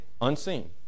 unseen